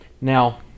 now